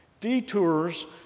Detours